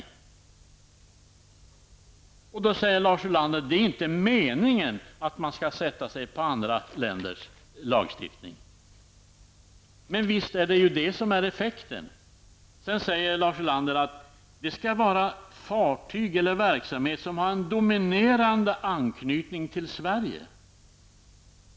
Lars Ulander säger att det inte är meningen att man skall sätta sig över andra länders lagstiftning, men det blir effekten. Lars Ulander säger att det skall vara fråga om fartyg eller verksamhet som har en dominerande anknytning till Sverige.